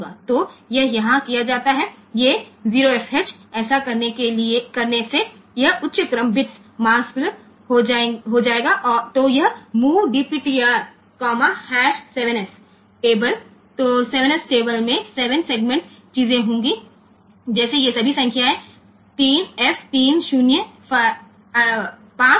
तो यह यहाँ किया जाता है ये 0fh ऐसा करने से यह उच्च क्रम बिट्स मास्क्ड हो जाएगा तोयह mov DPTR 7 s टेबल तो 7 s टेबल में 7 सेगमेंट चीजें होंगी जैसे ये सभी संख्याएँ 3 f 3 0 5 b